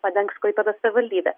padengs klaipėdos savivaldybė